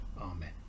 amen